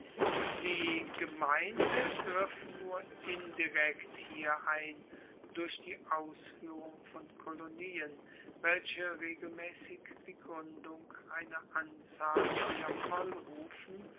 die gemeinde griff nur indirekt hier ein durch die ausfuehrung von kolonien welche regelmaessig die gruendung einer anzahl neuer